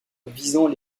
visant